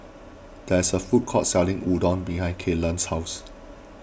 there's a food court selling Udon behind Kylan's house